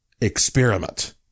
Experiment